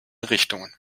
richtungen